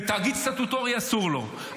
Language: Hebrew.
ותאגיד סטטוטורי, אסור לו.